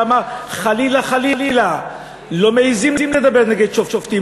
למה חלילה חלילה לא מעזים לדבר נגד שופטים?